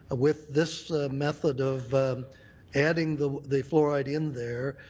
with this method of adding the the fluoride in there,